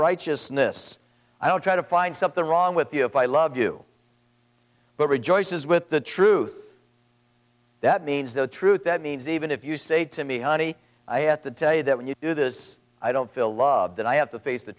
righteousness i don't try to find something wrong with you if i love you but rejoices with the truth that means the truth that means even if you say to me honey i have to tell you that when you do this i don't feel love that i have to face the